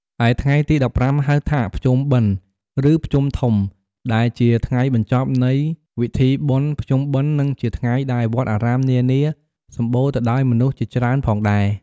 ឯថ្ងៃទី១៥ ហៅថាភ្ជុំបិណ្ឌ ឬភ្ជុំធំ ដែលជាថ្ងៃបញ្ចប់នៃវិធីបុណ្យភ្ជុំបិណ្ឌនិងជាថ្ងៃដែលវត្តអារាមនានា សំម្បូរទៅដោយមនុស្សជាច្រើនផងដែរ ។